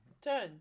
turn